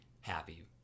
happy